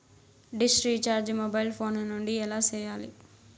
dish recharge mobile phone నుండి ఎలా సేయాలి